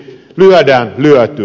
lyödään lyötyä